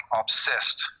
obsessed